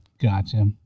Gotcha